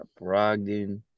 Brogdon